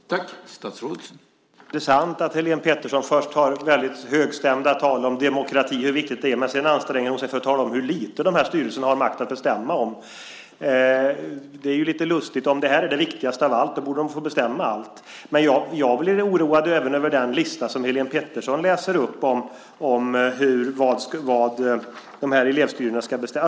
Herr talman! Det är intressant att Helene Petersson först har väldigt högstämda tal om demokrati och om hur viktigt det är, men sedan anstränger hon sig för att tala om hur lite de här styrelserna har makt att bestämma om. Det är lite lustigt. Om det här är det viktigaste av allt borde de få bestämma allt. Jag blir oroad för den lista som Helene Petersson läser upp över vad de här elevstyrelserna ska få bestämma.